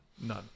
None